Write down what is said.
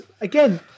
again